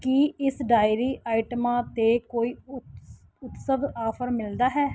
ਕਿ ਇਸ ਡਾਇਰੀ ਆਈਟਮਾਂ 'ਤੇ ਕੋਈ ਉਤਸ ਉਤਸਵ ਆਫ਼ਰ ਮਿਲਦਾ ਹੈ